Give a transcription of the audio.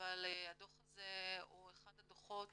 אבל הדו"ח הזה הוא אחד הדו"חות